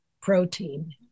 protein